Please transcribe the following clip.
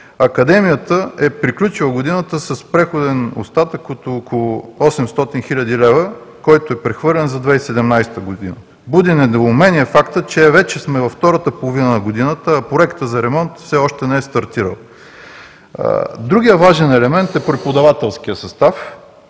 Академията е приключила годината с преходен остатък от около 800 хил. лв., който е прехвърлен за 2017 г. Буди недоумение фактът, че вече сме във втората половина на годината, а проектът за ремонт все още не е стартирал. Другият важен елемент е преподавателският състав.